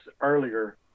earlier